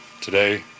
today